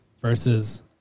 Versus